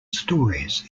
stories